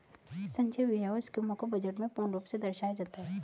संचय व्यय और स्कीमों को बजट में पूर्ण रूप से दर्शाया जाता है